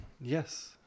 Yes